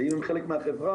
ואם הם חלק מהחברה,